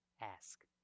ask